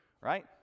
right